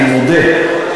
אני מודה.